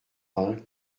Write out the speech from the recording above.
vingt